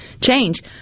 change